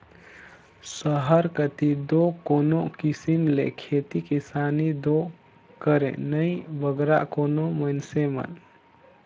सहर कती दो कोनो किसिम ले खेती किसानी दो करें नई बगरा कोनो मइनसे मन